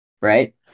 right